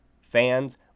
fans